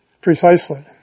Precisely